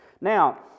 Now